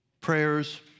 Prayers